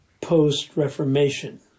post-Reformation